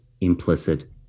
implicit